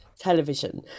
Television